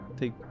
take